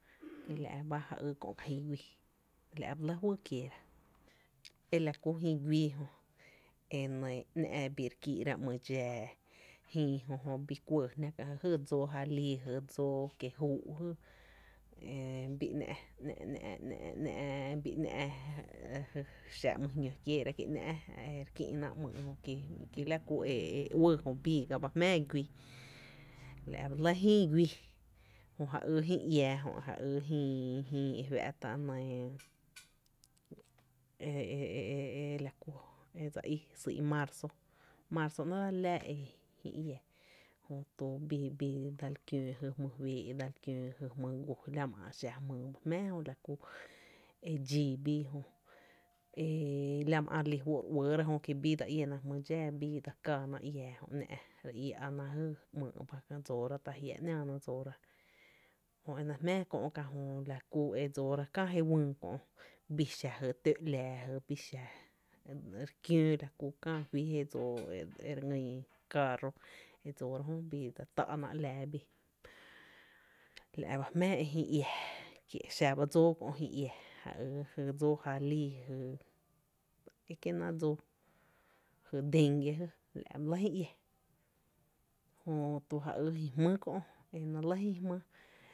Kiela’ ba ja ýý kö’ ká’ jïï guíí, la’ ba lɇ fyy kieera e la ku jïï guíí jö ‘ná’ e bii re kíí’ra ‘myy’ dxáá jïï jö jö bii kuɇɇjná jy dsóó jalii i jy dsóó kieé’ júú jy, bii ‘ná, ná’, ná’ xa ‘my jñó klieera kí ‘ná’ re kï’na ‘myy’ ki la kú e uɇɇ jö bii ga ba jmⱥⱥ guíí, la’ ba lɇ jïï guíí, Jó ja yy jïï iää jö jïï e fⱥⱥ’ tá’ nɇɇ e e e e la ku dse í syy’ marzo, marzo ‘néé’ dse li láá jïï iää jötu bii dsel kiöö jy jmyy féé’ jy jmyy guo, jötu la ma ä’ xa jmyy ba jmⱥⱥ jö la ku e dxii biijö a la má ä’ re lí fó’ re uɇɇra jö ki bii dse iéna jmý dxáá bii dse káánna iää jö ‘ná’ re iá’na jy ‘myy ba ta jia’ ji dsoora, ta jia’ ‘náána dsoora jö e náá’ jmⱥⱥ jö la ku e dsoora kää je wÿÿ kö’ jö bii xa jy tóó ‘laa jö re kióó la kä fi je dsoo e re ngýn caarro e dsoora jö, bii dse tá’ná ‘laa bii la’ ba jmⱥⱥ e jïï iää, kie’ xaba dsóó kö’ jïï iää ja yy dsóó jalii jy ta é kiená’ dsóó, jy dengue jy la’ ba lɇ jïï iää jötu ja yy jï jmý kö jö, e náá’ lɇ jï jmý.